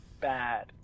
bad